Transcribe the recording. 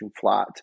flat